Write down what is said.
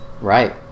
Right